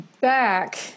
Back